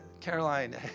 Caroline